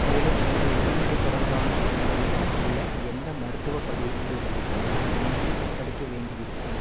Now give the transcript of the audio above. மேலும் உங்கள் உடல்நிலை தொடர்பான உங்களிடம் உள்ள எந்த மருத்துவப் பதிவுகளையும் நீங்கள் ஒப்படைக்க வேண்டியிருக்கும்